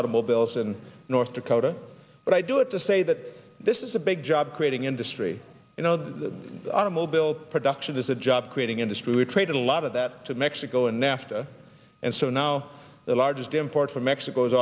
automobiles in north dakota but i do it to say that the it's a big job creating industry you know the automobile production is a job creating industry we trade a lot of that to mexico and nafta and so now the largest import for mexico's